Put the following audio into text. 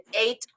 eight